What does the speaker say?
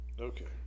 Okay